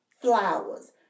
flowers